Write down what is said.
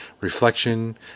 reflection